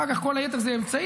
אחר כך, כל היתר הם אמצעים.